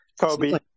kobe